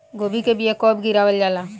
गोभी के बीया कब गिरावल जाला?